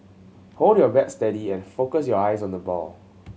hold your bat steady and focus your eyes on the ball